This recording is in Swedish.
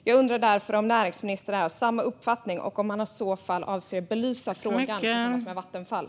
Jag undrar därför om näringsministern har samma uppfattning och om han i så fall avser att belysa frågan tillsammans med Vattenfall.